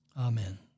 Amen